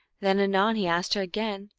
then anon he asked her again,